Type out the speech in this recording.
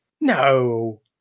No